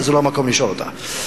אבל זה לא המקום לשאול אותך.